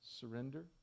surrender